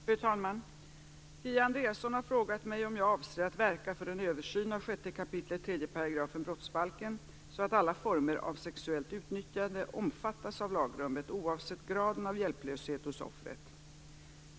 Fru talman! Kia Andreasson har frågat mig om jag avser att verka för en översyn av 6 kap. 3 § brottsbalken så att alla former av sexuellt utnyttjande omfattas av lagrummet oavsett graden av hjälplöshet hos offret.